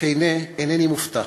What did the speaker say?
אינני מופתע.